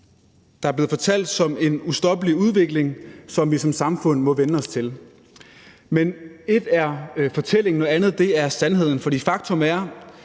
der er blevet fortalt som en ustoppelig udvikling, som vi som samfund må vænne os til. Men ét er fortællingen, noget andet er sandheden, for faktum er,